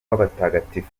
w’abatagatifu